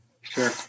sure